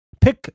pick